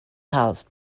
house